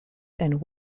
and